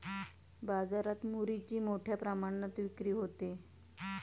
बाजारात मुरीची मोठ्या प्रमाणात विक्री होते